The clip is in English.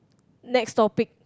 next topic